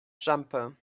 jumper